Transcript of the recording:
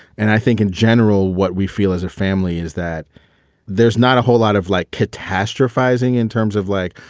and i think in general, what we feel as a family is that there's not a whole lot of like catastrophizing in terms of like,